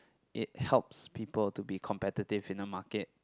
it helps people to be competitive in the market